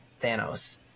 Thanos